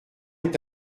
est